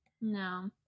no